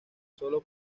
sólo